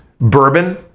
bourbon